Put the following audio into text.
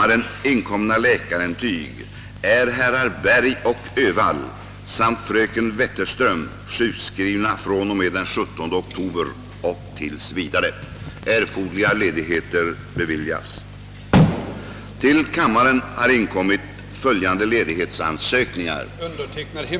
Undertecknad får härmed anhålla om ledighet från riksdagsarbetet under ti På grund av särskilt uppdrag för planläggning av Kyrkans beredskap får jag härmed anhålla om ledighet från riksdagsarbetet den 17—18 oktober. Undertecknad anhåller härmed om ledighet från riksdagsarbetet från och med den 17 oktober till och med den 8 november på grund av studieresa till Japan och Indien. Då jag såsom ombud har att deltaga i Förenta Nationernas generalförsamling, anhåller jag härmed vördsamt om ledighet från riksdagsgöromålen från höstsessionens början tills vidare.